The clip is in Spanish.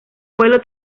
pueblo